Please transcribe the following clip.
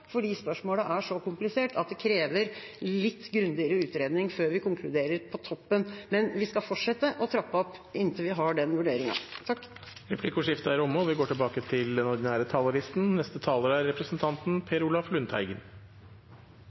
fordi spørsmålet er så komplisert at det krever litt grundigere utredning før vi konkluderer på toppen. Men vi skal fortsette å trappe opp inntil vi har den vurderingen. Replikkordskiftet er omme. Folk lever lenger, eldre har bedre helse, og